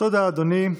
תודה, אדוני.